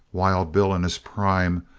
wild bill, in his prime,